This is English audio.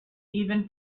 even